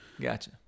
gotcha